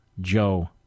Joe